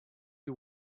you